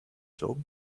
job